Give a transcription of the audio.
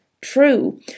true